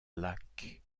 lac